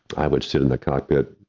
i would sit in the cockpit,